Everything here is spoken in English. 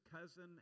cousin